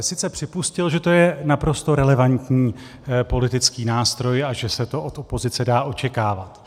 Sice připustil, že to je naprosto relevantní politický nástroj a že se to od opozice dá očekávat.